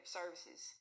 services